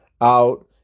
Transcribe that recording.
out